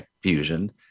fusion